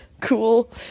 cool